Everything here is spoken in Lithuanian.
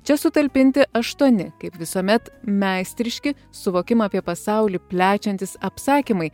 čia sutalpinti aštuoni kaip visuomet meistriški suvokimą apie pasaulį plečiantys apsakymai